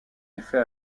effet